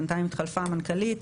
בינתיים התחלפה המנכ"לית,